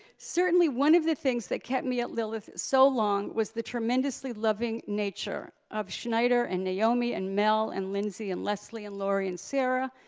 certainly one of the things that kept me at lilith so long was the tremendously loving nature of schneider and naomi and mel and lindsay and leslie and lori and sarah,